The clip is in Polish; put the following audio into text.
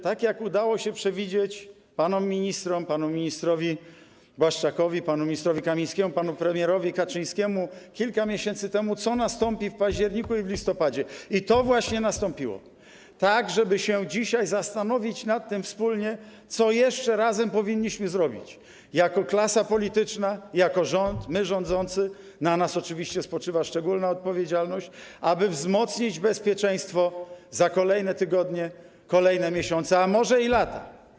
Tak jak udało się przewidzieć panom ministrom: panu ministrowi Błaszczakowi, panu ministrowi Kamińskiemu, panu premierowi Kaczyńskiemu kilka miesięcy temu, co nastąpi w październiku i w listopadzie, i to właśnie nastąpiło, tak dzisiaj musimy wspólnie zastanowić się nad tym, co jeszcze razem powinniśmy zrobić jako klasa polityczna, jako rząd, jako my, rządzący, bo na nas oczywiście spoczywa szczególna odpowiedzialność, aby wzmocnić bezpieczeństwo na kolejne tygodnie, kolejne miesiące, a może i lata.